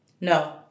No